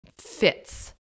fits